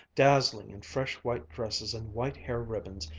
dazzling in fresh white dresses and white hair ribbons,